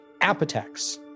Apotex